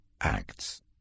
Acts